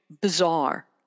bizarre